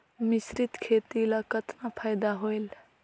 मिश्रीत खेती ल कतना फायदा होयल?